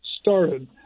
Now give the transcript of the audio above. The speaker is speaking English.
started